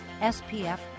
SPF